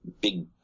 big